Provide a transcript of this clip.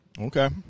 Okay